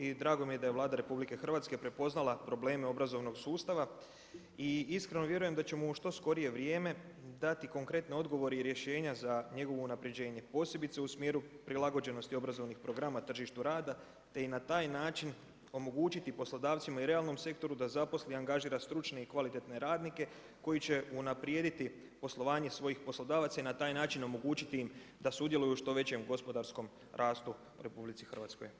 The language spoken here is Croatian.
I drago mi je da Vlada RH, prepoznala probleme obrazovnog sustava i iskreno vjerujem, da ćemo u što skorije vrijeme dati konkretne odgovore i rješenja za njegovo unaprjeđenje, posebice u smjeru prilagođenosti obrazovnih programa tržištu rada, te i na taj način omogućiti poslodavcima i realnom sektoru da zaposli i angažira stručne i kvalitetne radnike, koji će unaprijediti poslovanje svojih poslodavaca i na taj način omogućiti im da sudjeluju u što većem gospodarskom rastu u RH.